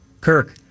Kirk